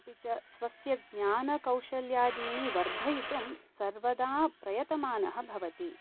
अपि च स्वस्य ज्ञानकौशल्यादीनि वर्धयितुं सर्वदा प्रयतमानः भवति